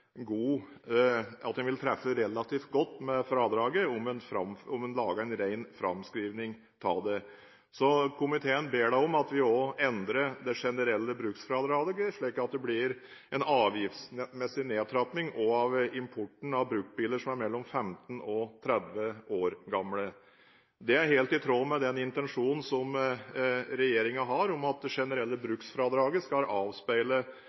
treffe relativt godt med fradraget om en lager en ren framskrivning av det. Så komiteen ber da om at vi endrer det generelle bruksfradraget, slik at det blir en avgiftsmessig nedtrapping også av importen av bruktbiler som er mellom 15 og 30 år gamle. Dette er helt i tråd med regjeringens intensjon om at det generelle bruksfradraget skal avspeile